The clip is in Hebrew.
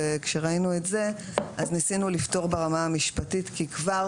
וכשראינו את זה ניסינו לפתור ברמה המשפטית כי כבר